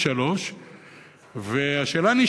ונשאלת השאלה: